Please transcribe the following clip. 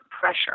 pressure